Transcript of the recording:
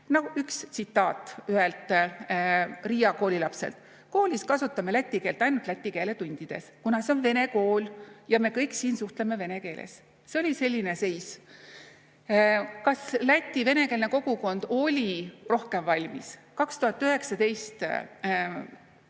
Üks tsitaat ühelt Riia koolilapselt: "Koolis kasutame läti keelt ainult läti keele tundides, kuna see on vene kool ja me kõik siin suhtleme vene keeles." See oli selline seis. Kas Läti venekeelne kogukond oli rohkem valmis? 2019